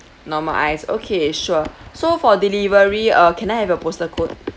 normal ice okay sure so for delivery uh can I have your postal code